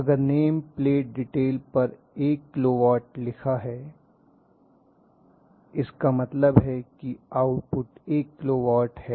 अगर name plate detail पर 1 kilowatt लिखा है इस का मतलब है कि आउटपुट 1 किलो वाट है